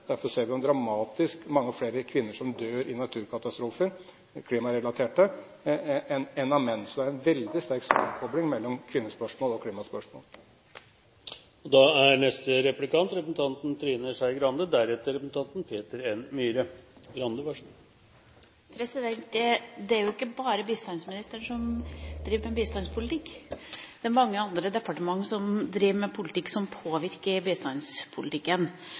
Derfor ser vi at det er mange flere kvinner enn menn som dør i klimarelaterte naturkatastrofer. Så det er en veldig sterk sammenkobling mellom kvinnespørsmål og klimaspørsmål. Det er jo ikke bare bistandsministeren som driver med bistandspolitikk; mange andre departementer driver med politikk som påvirker